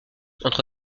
entre